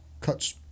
cuts